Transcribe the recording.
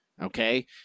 Okay